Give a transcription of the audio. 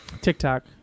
TikTok